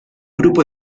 grupo